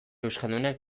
euskaldunek